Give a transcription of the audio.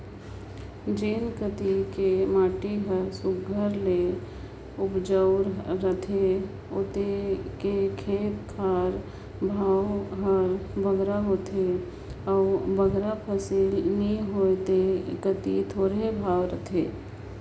जेन कती कर माटी हर सुग्घर ले उपजउ अहे उते कर खेत कर भाव हर बगरा होथे अउ बगरा फसिल नी होए ते कती थोरहें भाव रहथे